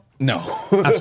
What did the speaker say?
No